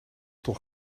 toch